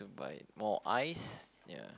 buy more ice ya